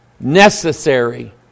necessary